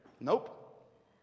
Nope